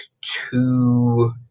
two